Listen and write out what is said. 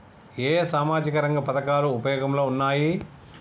ఏ ఏ సామాజిక రంగ పథకాలు ఉపయోగంలో ఉన్నాయి?